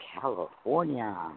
California